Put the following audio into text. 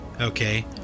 okay